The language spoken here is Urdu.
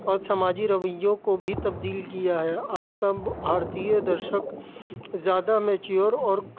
اور سماجی رویوں کو بھی تبدیل کیا ہے آج کا بھارتیہ درشک زیادہ میچیور اور